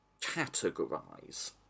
categorize